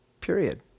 Period